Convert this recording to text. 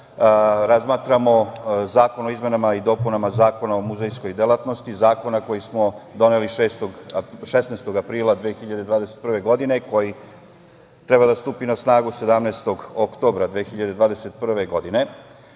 razmatramo Zakon o izmenama i dopunama Zakona o muzejskoj delatnosti, zakona koji smo doneli 16. aprila 2021. godine, koji treba da stupi na snagu 17. oktobra 2021. godine.